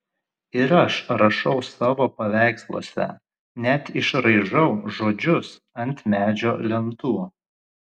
ir aš rašau savo paveiksluose net išraižau žodžius ant medžio lentų